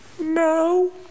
No